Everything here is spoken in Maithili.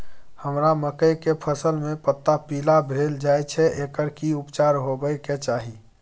हमरा मकई के फसल में पता पीला भेल जाय छै एकर की उपचार होबय के चाही?